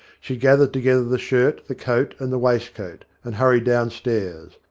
she gathered together the shirt, the coat, and the waistcoat, and hurried downstairs.